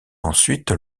ensuite